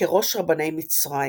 כראש רבני מצרים.